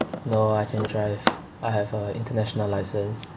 no I can drive I have a international license